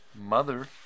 mother